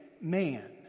man